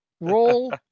Roll